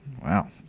Wow